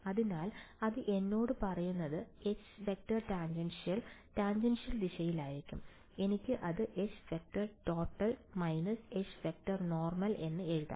അതിനാൽ അത് എന്നോട് പറയുന്നത് H→tan ടാൻജൻഷ്യൽ ദിശയിലായിരിക്കും എനിക്ക് അത് H→total − H→normal എന്ന് എഴുതാം